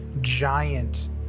giant